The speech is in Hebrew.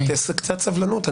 קצת סבלנות.